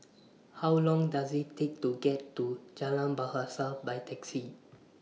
How Long Does IT Take to get to Jalan Bahasa By Taxi